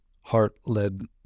heart-led